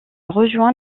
rejoint